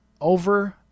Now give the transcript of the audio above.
over